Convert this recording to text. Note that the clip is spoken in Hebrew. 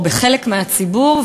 או בחלק מהציבור,